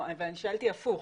שאלתי הפוך.